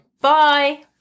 Bye